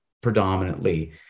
predominantly